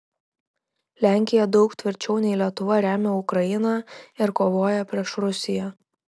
lenkija daug tvirčiau nei lietuva remia ukrainą ir kovoja prieš rusiją